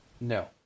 No